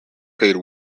paid